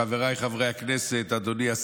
של חברי הכנסת יצחק פינדרוס,